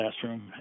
classroom